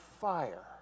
fire